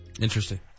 Interesting